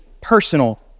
personal